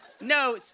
No